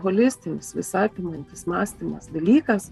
holistinis visa apimantis mąstymas dalykas